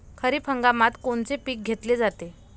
खरिप हंगामात कोनचे पिकं घेतले जाते?